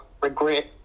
regret